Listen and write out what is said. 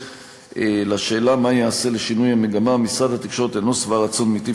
3. משרד התקשורת אינו שבע רצון מטיב